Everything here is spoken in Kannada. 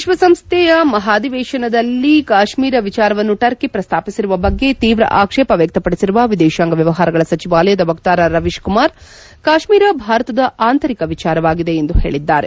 ವಿಶ್ವಸಂಸೈಯ ಮಹಾಧಿವೇಶನದಲ್ಲಿ ಕಾಶ್ಮೀರ ವಿಚಾರವನ್ನು ಟರ್ಕಿ ಪ್ರಸ್ತಾಪಿಸಿರುವ ಬಗ್ಗೆ ತೀವ್ರ ಆಕ್ಷೇಪ ವ್ಯಕ್ತಪಡಿಸಿರುವ ವಿದೇತಾಂಗ ವ್ಯವಹಾರಗಳ ಸಚಿವಾಲಯದ ವಕ್ತಾರ ರವೀಶ್ಕುಮಾರ್ ಕಾಶ್ಮೀರ ಭಾರತದ ಆಂತರಿಕ ವಿಚಾರವಾಗಿದೆ ಎಂದು ಹೇಳಿದ್ದಾರೆ